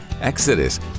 Exodus